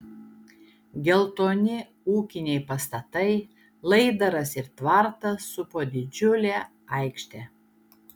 geltoni ūkiniai pastatai laidaras ir tvartas supo didžiulę aikštę